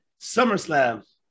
SummerSlam